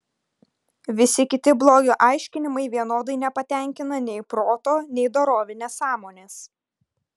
visi kiti blogio aiškinimai vienodai nepatenkina nei proto nei dorovinės sąmonės